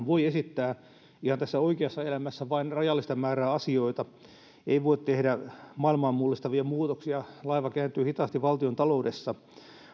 voi esittää ihan tässä oikeassa elämässä vain rajallista määrää asioita ei voi tehdä maailmaa mullistavia muutoksia ja laiva kääntyy hitaasti valtiontaloudessa